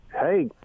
Hey